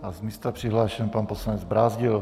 Z místa je přihlášen pan poslanec Brázdil.